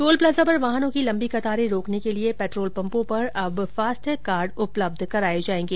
toll plaza पर वाहनों की लम्बी कतारें रोकने के लिए पेट्रोल पम्पों पर अब फास्टैग कार्ड उपलब्ध कराये जायेंगे